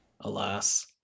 Alas